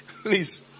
Please